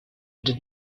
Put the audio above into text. did